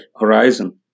horizon